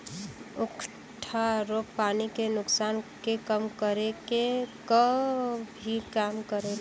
उकठा रोग पानी के नुकसान के कम करे क भी काम करेला